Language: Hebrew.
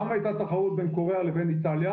גם הייתה תחרות בין קוריאה לבין איטליה